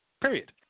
Period